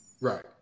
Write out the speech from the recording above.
Right